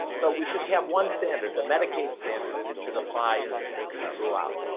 so we should have one standard the medicaid standard and it should apply throughout